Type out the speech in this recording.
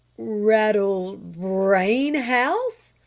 rattle brain house?